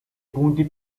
punti